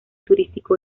turístico